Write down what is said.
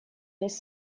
без